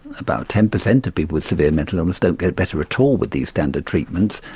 about ten percent of people with severe mental illness don't get better at all with these standard treatments,